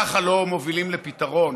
ככה לא מובילים לפתרון.